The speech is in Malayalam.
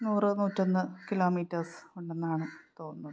നൂറ് നൂറ്റിയൊന്ന് കിലോമീറ്റേഴ്സ് ഉണ്ടെന്നാണ് തോന്നുന്നത്